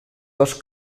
dos